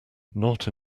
not